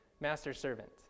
master-servant